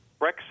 brexit